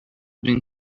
been